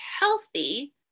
healthy